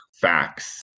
facts